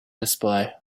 display